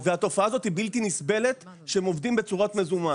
התופעה הזאת היא בלתי נסבלת שהם עובדים בצורת מזומן,